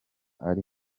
ari